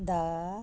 ਦਾ